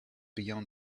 beyond